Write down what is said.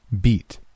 beat